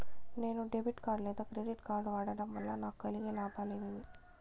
నేను debit card లేదా credit card వాడడం వల్ల నాకు కలిగే లాభాలు ఏమేమీ?